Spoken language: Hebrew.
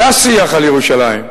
היה שיח על ירושלים,